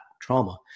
trauma